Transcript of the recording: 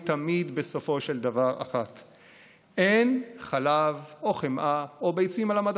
היא בסופו של דבר תמיד אחת: אין חלב או חמאה או ביצים על המדפים.